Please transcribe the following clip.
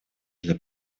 для